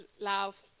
love